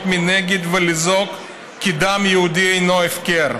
מנגד ולזעוק כי דם יהודי אינו הפקר".